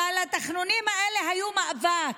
אבל התחנונים האלה היו מאבק.